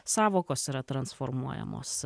sąvokos yra transformuojamos